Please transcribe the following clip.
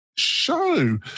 show